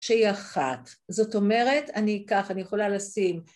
שהיא אחת. זאת אומרת, אני אקח, אני יכולה לשים...